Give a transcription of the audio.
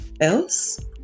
else